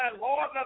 Lord